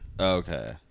okay